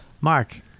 Mark